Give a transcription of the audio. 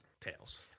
tails